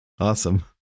Awesome